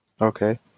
Okay